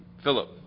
Philip